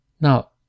now